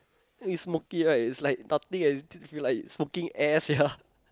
we smoke it right is like nothing sia like smoking air sia